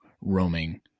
roaming